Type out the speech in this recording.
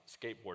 skateboard